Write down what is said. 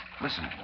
Listen